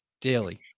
daily